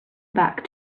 back